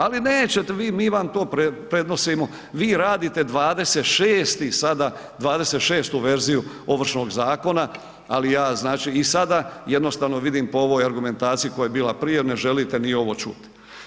Ali nećete vi, mi vam to prenosimo, vi radite 26. sada, 26. verziju Ovršnog zakona, ali ja znači i sada jednostavno vidim po ovoj argumentaciji koja je bila prije, ne želite ni ovo čuti.